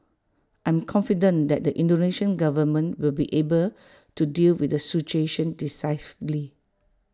I am confident that the Indonesian government will be able to deal with the situation decisively